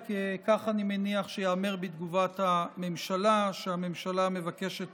וכך אני מניח שייאמר בתגובת הממשלה שהממשלה מבקשת